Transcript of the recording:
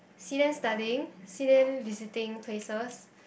see them studying see them visiting places